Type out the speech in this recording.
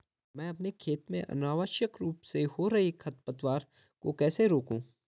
मैं अपने खेत में अनावश्यक रूप से हो रहे खरपतवार को कैसे रोकूं?